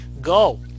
go